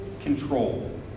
control